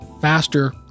faster